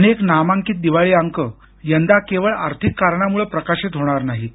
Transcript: अनेक नामांकित दिवाळी अंक यदा केवळ आर्थिक कारणामुळं प्रकाशित होणार नाहीत